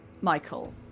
Michael